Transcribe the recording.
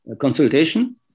consultation